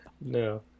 No